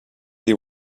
you